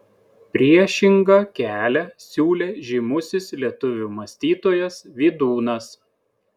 priešingą kelią siūlė žymusis lietuvių mąstytojas vydūnas